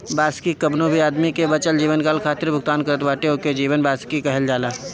वार्षिकी कवनो भी आदमी के बचल जीवनकाल खातिर भुगतान करत बाटे ओके जीवन वार्षिकी कहल जाला